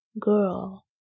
girl